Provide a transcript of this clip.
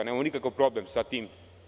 Nemamo nikakav problem sa tim.